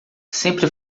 sempre